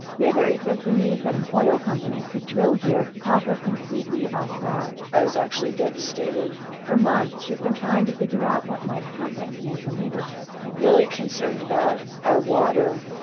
mayberry says the news that an oil company could drill here caught her completely off-guard i was actually devastated for months, she's been trying to figure out what might happen in her neighborhood really concerned about our water.